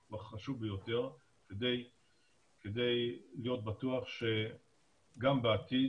הוא חשוב ביותר כדי להיות בטוח שגם בעתיד